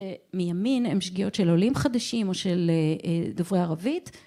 מימין הם שגיאות של עולים חדשים או של דוברי ערבית